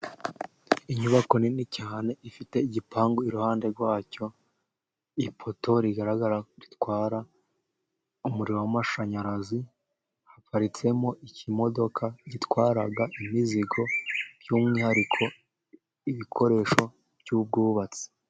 Inyubako nini cyane ifite igipangu, iruhande rwa cyo, ipoto rigaragara ritwara umuriro w'amashanyarazi, haparitsemo ikimodoka gitwara imizigo, by'umwihariko ibikoresho by'ubwubatsi.